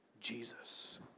Jesus